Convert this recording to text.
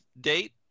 date